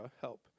help